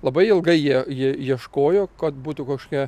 labai ilgai jie jie ieškojo kad būtų kažkokia